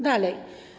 Dalej.